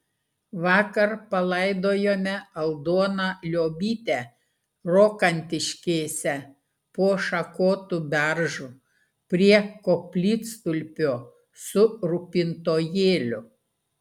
vakar palaidojome aldoną liobytę rokantiškėse po šakotu beržu prie koplytstulpio su rūpintojėliu